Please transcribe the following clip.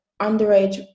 underage